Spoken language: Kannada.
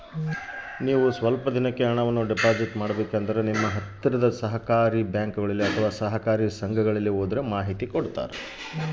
ನಾನು ಸ್ವಲ್ಪ ದಿನಕ್ಕೆ ಹಣವನ್ನು ಡಿಪಾಸಿಟ್ ಮಾಡಬೇಕಂದ್ರೆ ಎಲ್ಲಿ ಮಾಹಿತಿ ಕೊಡ್ತಾರೆ?